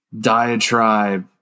diatribe